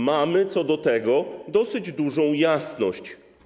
Mamy co do tego dosyć dużą jasność.